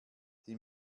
die